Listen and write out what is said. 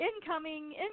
incoming